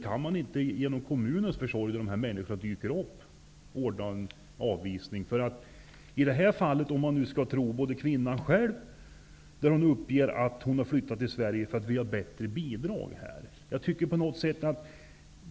Kan man inte genom kommunens försorg ordna med avvisning när de här människorna dyker upp? I det här fallet uppger kvinnan själv att hon flyttat till Sverige för att vi har bättre bidrag här.